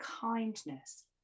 kindness